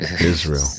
Israel